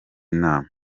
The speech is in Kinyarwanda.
nama